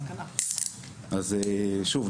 אז שוב,